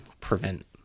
prevent